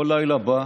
כל לילה בא,